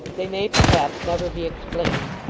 they may, perhaps, never be explained.